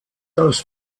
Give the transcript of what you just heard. das